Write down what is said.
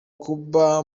kuba